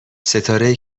ستاره